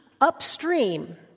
upstream